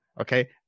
Okay